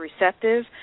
receptive